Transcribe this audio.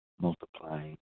multiplying